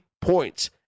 points